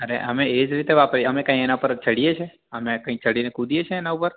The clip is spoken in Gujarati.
અરે અમે એ જ રીતે વાપરીએ અમે કાંઈ એના પર ચઢીએ છીએ અમે કંઈ ચઢીને કૂદીએ છીએ એનાં ઉપર